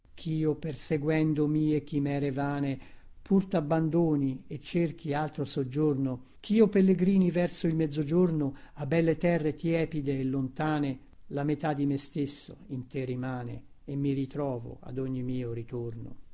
o chio perseguendo mie chimere vane pur tabbandoni e cerchi altro soggiorno chio pellegrini verso il mezzogiorno a belle terre tepide lontane la metà di me stesso in te rimane e mi ritrovo ad ogni mio ritorno